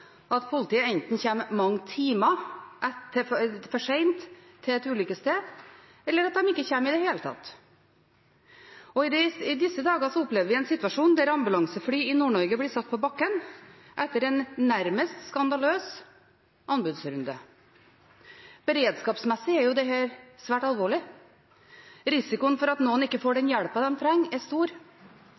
et ulykkessted, eller at de ikke kommer i det hele tatt. I disse dager opplever vi en situasjon der ambulansefly i Nord-Norge blir satt på bakken etter en nærmest skandaløs anbudsrunde. Beredskapsmessig er dette svært alvorlig. Risikoen for at noen ikke får den hjelpen de trenger, er stor.